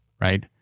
right